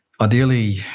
ideally